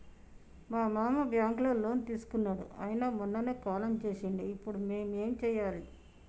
మా మామ బ్యాంక్ లో లోన్ తీసుకున్నడు అయిన మొన్ననే కాలం చేసిండు ఇప్పుడు మేం ఏం చేయాలి?